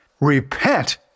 Repent